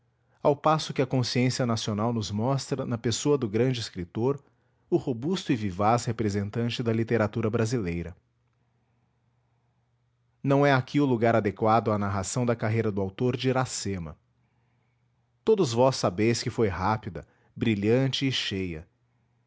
ao passo que a consciência nacional nos mostra na pessoa do grande escritor o robusto e vivaz representante da literatura brasileira não é aqui o lugar adequado à narração da carreira do autor de iracema todos vós sabeis que foi rápida brilhante e cheia